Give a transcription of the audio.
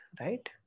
right